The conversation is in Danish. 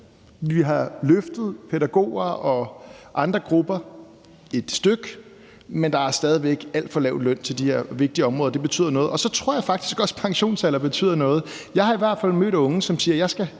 Vi har løftet pædagoger og andre grupper et stykke, men der er stadig væk en alt for lav løn til de her vigtige områder, og det betyder noget. Så tror jeg faktisk også, at pensionsalderen betyder noget. Jeg har i hvert fald mødt unge, som siger: Jeg skal